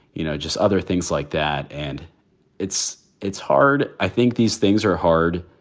you know, just other things like that. and it's it's hard. i think these things are hard.